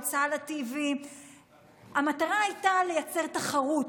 ערוץ הלא TV. המטרה הייתה לייצר תחרות.